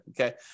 okay